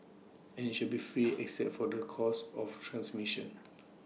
and IT should be free except for the cost of transmission